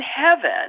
heaven